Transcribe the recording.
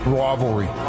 rivalry